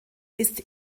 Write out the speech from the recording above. ist